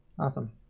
Awesome